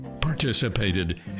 participated